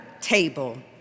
table